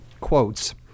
quotes